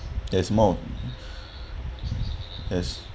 there's more yes